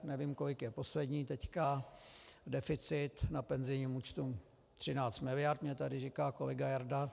Nevím, kolik je poslední teď deficit na penzijním účtu, 13 miliard mi tady říká kolega Jarda .